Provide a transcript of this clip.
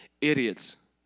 idiots